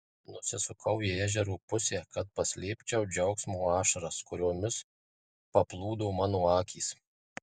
nusisukau į ežero pusę kad paslėpčiau džiaugsmo ašaras kuriomis paplūdo mano akys